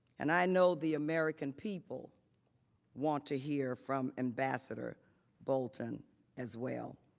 and i know the american people want to hear from ambassador bolton as well.